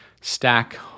stack